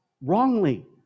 wrongly